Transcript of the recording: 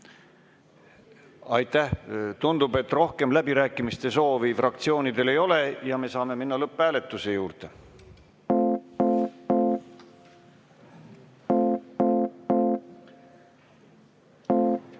Aitäh! Tundub, et rohkem läbirääkimiste soovi fraktsioonidel ei ole ja me saame minna lõpphääletuse juurde. Head